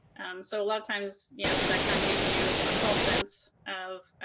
so a lot of times you know that kind of gives you a false sense of